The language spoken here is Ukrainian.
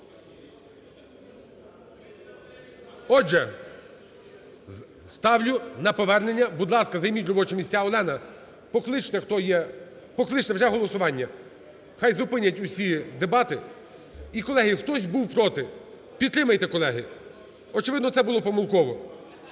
Отже, ставлю на повернення. Будь ласка, займіть робочі місця. Олена, покличте, хто є… Покличте, вже голосування. Хай зупинять усі дебати. І, колеги, хтось був проти? Підтримайте, колеги, очевидно, це було помилково.